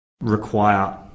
require